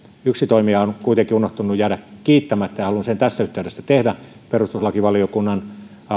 yksi toimija on kuitenkin unohtunut jäänyt kiittämättä ja haluan sen tässä yhteydessä tehdä perustuslakivaliokunnan